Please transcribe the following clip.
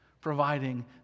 providing